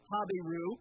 Habiru